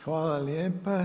Hvala lijepa.